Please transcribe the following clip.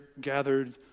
gathered